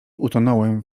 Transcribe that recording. utonąłem